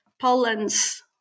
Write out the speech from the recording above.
Poland's